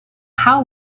how